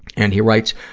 and he writes,